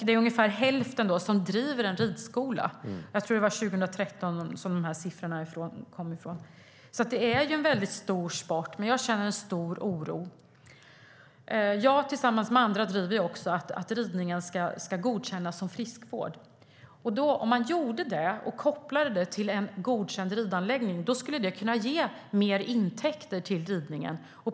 Det är ungefär hälften som driver en ridskola. Jag tror att de här siffrorna är från 2013. Det är en väldigt stor sport, men jag känner en stor oro. Jag tillsammans med andra driver också att ridningen ska godkännas som friskvård. Om man gjorde det och kopplade det till en godkänd ridanläggning skulle det kunna ge mer intäkter till ridningen.